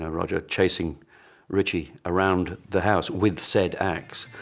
ah roger chasing ritchie around the house with said axe.